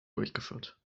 durchgeführt